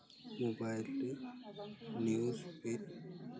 mobile ᱨᱮ news ᱯᱮ